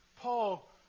Paul